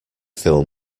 fill